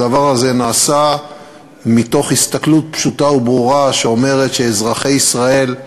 הדבר הזה נעשה מתוך הסתכלות פשוטה וברורה שאומרת שאזרחי ישראל,